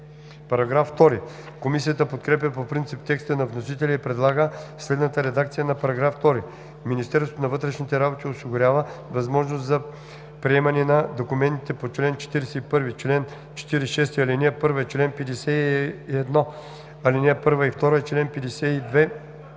имущество.“ Комисията подкрепя по принцип текста на вносителя и предлага следната редакция на § 2: § 2. Министерството на вътрешните работи осигурява възможност за приемане на документите по чл. 41, чл. 46, ал. 1, чл. 51, ал. 1 и 2 и чл. 52,